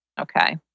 Okay